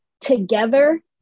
together